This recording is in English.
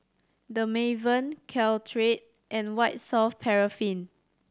Dermaveen Caltrate and White Soft Paraffin